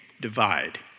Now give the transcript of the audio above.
divide